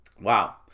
wow